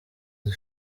izi